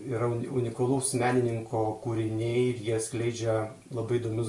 yra unikalaus menininko kūriniai ir jie skleidžia labai įdomius